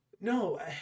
no